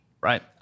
right